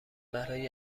برای